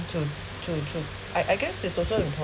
to to to I I guess is also